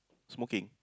smoking